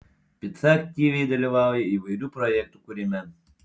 pica aktyviai dalyvauja įvairių projektų kūrime